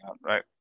Right